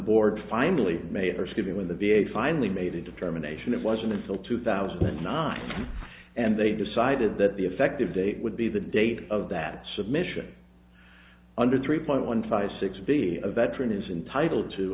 board finally made her giving when the v a finally made a determination it wasn't until two thousand and nine and they decided that the effective date would be the date of that submission under three point one five six b a veteran is entitle to